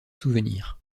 souvenirs